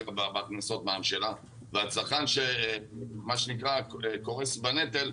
בהכנסות המע"מ שלה והצרכן שקורס בנטל,